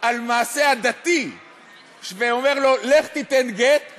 על המעשה הדתי ואומר לו: לך תיתן גט,